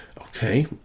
Okay